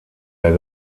der